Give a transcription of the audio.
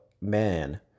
man